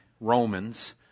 Romans